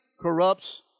corrupts